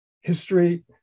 history